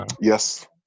yes